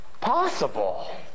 possible